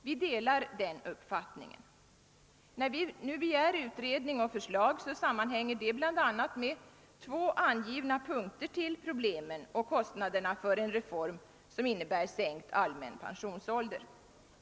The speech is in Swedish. Vi delar den uppfattningen. Att vi nu begär utredning och förslag sammanhänger bl.a. med två angivna punkter och kostnaderna för en sänkning av den allmänna pensionsåldern.